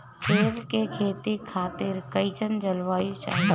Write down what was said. सेब के खेती खातिर कइसन जलवायु चाही?